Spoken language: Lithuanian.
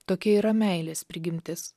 tokia yra meilės prigimtis